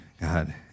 God